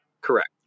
Correct